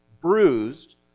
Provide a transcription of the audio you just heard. bruised